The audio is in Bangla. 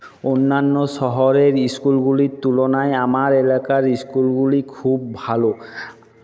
অন্যান্য শহরের স্কুলগুলির তুলনায় আমার এলাকার স্কুলগুলি খুব ভালো